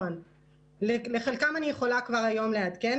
נכון, לחלקם אני יכולה כבר היום לעדכן.